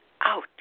out